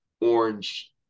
orange